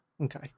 okay